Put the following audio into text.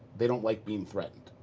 they don't like being threaten.